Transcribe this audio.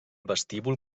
vestíbul